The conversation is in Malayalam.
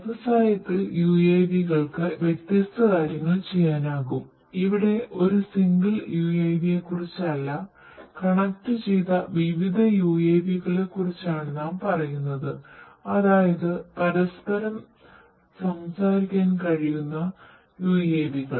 വ്യവസായത്തിൽ യുഎവികൾക്ക് വ്യത്യസ്ത കാര്യങ്ങൾ ചെയ്യാനാകും ഇവിടെ ഒരു സിംഗിൾ UAV യെ കുറിച്ചല്ല കണക്റ്റുചെയ്ത വിവിധ യുഎവികളെക്കുറിച്ചാണ് നാം പറയുന്നത് അതായത് പരസ്പരം സംസാരിക്കാൻ കഴിയുന്ന UAV കൾ